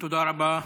תודה רבה.